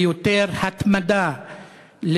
ליותר התמדה,